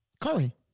Curry